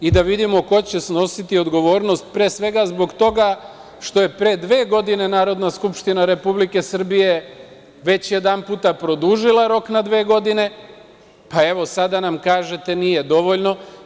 I da vidimo ko će snositi odgovornost pre svega zbog toga što je pre dve godine Narodna skupština Republike Srbije već jedanput produžila rok na dve godine, pa nam sada kažete da nije dovoljno.